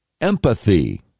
empathy